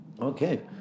Okay